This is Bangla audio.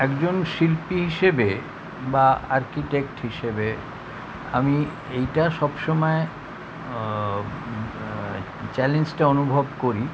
একজন শিল্পী হিসেবে বা আর্কিটেক্ট হিসেবে আমি এইটা সব সময় চ্যালেঞ্জটা অনুভব করি